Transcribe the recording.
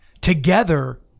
together